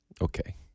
okay